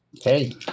Okay